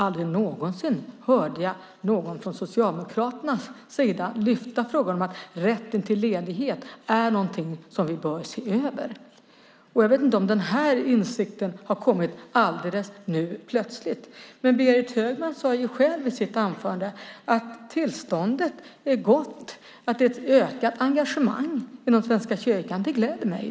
Aldrig någonsin hörde jag någon från Socialdemokraternas sida lyfta fram att rätten till ledighet är något som vi behöver se över. Jag vet inte om den insikten kommit helt plötsligt, men Berit Högman sade faktiskt i sitt inlägg att tillståndet är gott, att det finns ett ökat engagemang inom Svenska kyrkan. Det gläder mig.